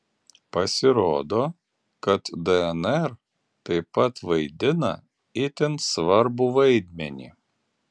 pasirodo kad dnr taip pat vaidina itin svarbų vaidmenį